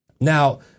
Now